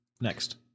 Next